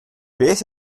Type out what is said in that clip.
beth